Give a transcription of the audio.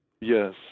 Yes